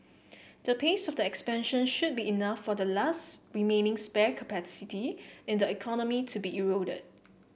the pace of the expansion should be enough for the last remaining spare capacity in the economy to be eroded